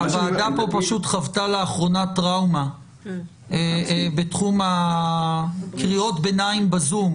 לאחרונה הוועדה חוותה טראומה בתחום קריאות הביניים בזום,